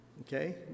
Okay